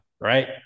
right